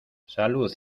salud